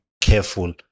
careful